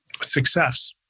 success